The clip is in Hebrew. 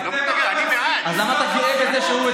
לא מתנגד.